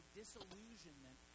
disillusionment